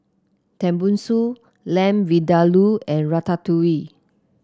Tenmusu Lamb Vindaloo and Ratatouille